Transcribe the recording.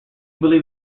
believe